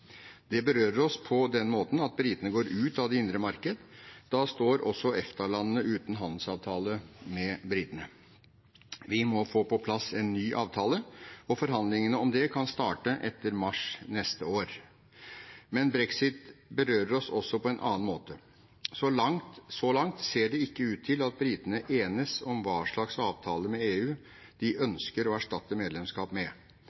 Det berører oss på den måten at britene går ut av det indre marked. Da står også EFTA-landene uten handelsavtale med britene. Vi må få på plass en ny avtale, og forhandlingene om det kan starte etter mars neste år. Men brexit berører oss også på en annen måte. Så langt ser det ikke ut til at britene enes om hva slags avtale med EU de ønsker å erstatte medlemskap med,